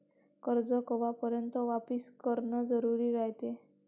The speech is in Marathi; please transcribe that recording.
कर्ज कवापर्यंत वापिस करन जरुरी रायते?